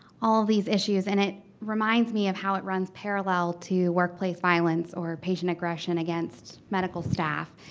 all these issues and it reminds me of how it runs parallel to workplace violence or patient aggression against medical staff.